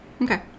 Okay